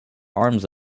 arms